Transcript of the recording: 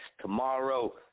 tomorrow